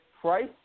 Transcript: Price